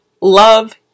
love